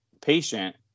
patient